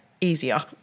easier